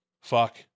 fuck